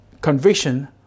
conviction